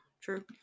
true